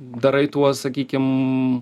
darai tuos sakykim